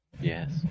Yes